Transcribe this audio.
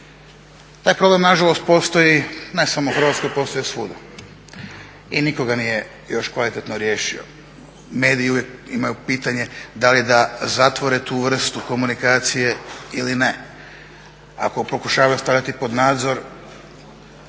Taj problem nažalost postoji ne samo u Hrvatskoj, postoji svuda i nikoga nije još kvalitetno riješio. Mediji uvijek imaju pitanje da li da zatvore tu vrstu komunikacije ili ne. Ako pokušavaju stavljati pod nadzor